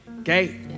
okay